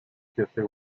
pierwszej